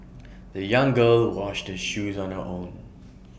the young girl washed her shoes on her own